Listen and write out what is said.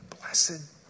blessed